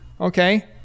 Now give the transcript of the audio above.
okay